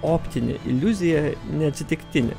optinė iliuzija neatsitiktinė